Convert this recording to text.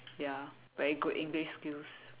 ya very good English skills